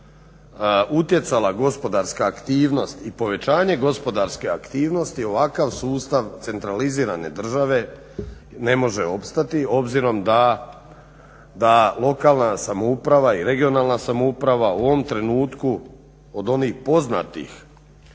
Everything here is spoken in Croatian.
utjecala gospodarska aktivnost i povećanje gospodarske aktivnosti ovakav sustav centralizirane države ne može opstati obzirom da lokalna samouprava i regionalna samouprava u ovom trenutku od onih poznatih